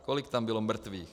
Kolik tam bylo mrtvých?